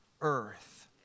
earth